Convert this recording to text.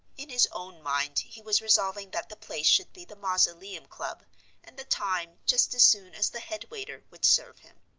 in his own mind he was resolving that the place should be the mausoleum club and the time just as soon as the head waiter would serve him.